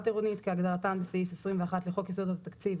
עירונית כהגדרתן בסעיף 21 לחוק יסודות התקציב,